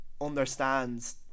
understands